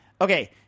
Okay